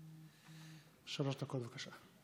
שלוש דקות, בבקשה.